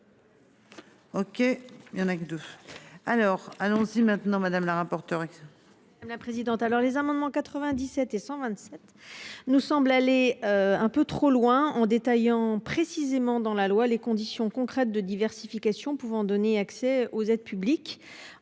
OK il y en a que deux. Alors, allons-y maintenant madame la rapporteure. La présidente. Alors les amendements, 97 et 127 nous semble aller un peu trop loin en détaillant précisément dans la loi, les conditions concrètes de diversification pouvant donner accès aux aides publiques